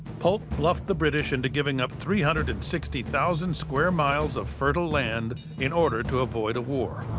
polk bluffed the british into giving up three hundred and sixty thousand square miles of fertile land in order to avoid a war.